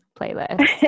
playlist